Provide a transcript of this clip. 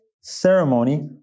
ceremony